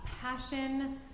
passion